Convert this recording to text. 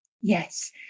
yes